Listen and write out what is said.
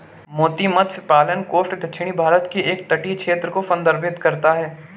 मोती मत्स्य पालन कोस्ट दक्षिणी भारत के एक तटीय क्षेत्र को संदर्भित करता है